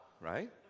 right